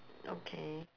okay